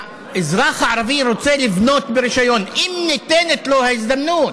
האזרח הערבי רוצה לבנות ברישיון אם ניתנת לו ההזדמנות,